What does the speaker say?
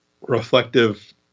reflective